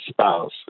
spouse